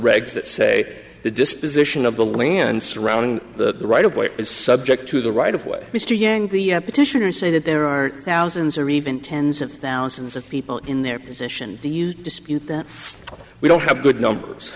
egs that say the disposition of the land surrounding the right it's subject to the right of way mr yang the petitioners say that there are thousands or even tens of thousands of people in their position to use dispute that we don't have good numbers